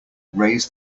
raise